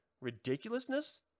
ridiculousness